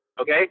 okay